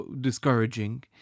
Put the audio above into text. discouraging